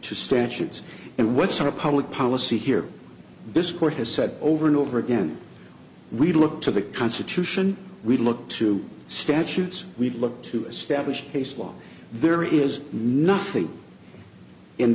to statutes and what sort of public policy here this court has said over and over again we look to the constitution we look to statutes we look to establish case law there is nothing in